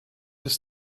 ist